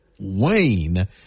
Wayne